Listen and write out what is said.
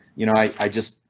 you know, i i just,